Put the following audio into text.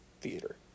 Theater